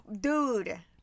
dude